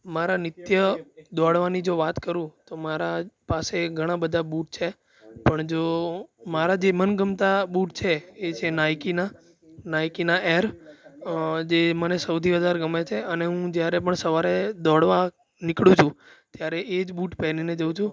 મારા નિત્ય દોડવાની જો વાત કરું તો મારા પાસે ઘણા બધા બુટ છે પણ જો મારા જે મનગમતા બુટ છે એ છે નાઇકીના નાઇકીના એર જે મને સૌથી વધારે ગમે છે અને હું જ્યારે પણ સવારે દોડવા નિકળું છું ત્યારે એ જ બુટ પેરીને જઉં છું